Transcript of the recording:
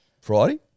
friday